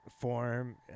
form